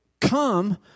come